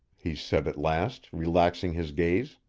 he said at last, relaxing his gaze,